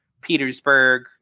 Petersburg